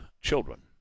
children